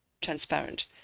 transparent